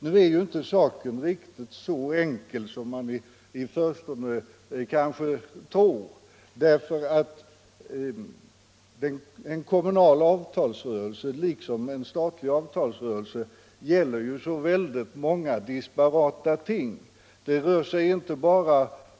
Nu är emellertid inte saken riktigt så enkel som man i förstone kanske tror, för en kommunal avtalsrörelse liksom en statlig avtalsrörelse gäller ju så väldigt många disparata ting.